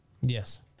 Yes